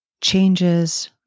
changes